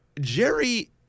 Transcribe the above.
Jerry